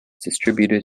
distributed